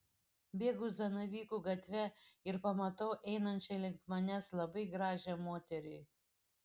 bėgu zanavykų gatve ir pamatau einančią link manęs labai gražią moterį